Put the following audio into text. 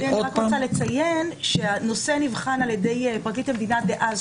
אני רק רוצה לציין שהנושא נבחן על ידי פרקליט המדינה דאז,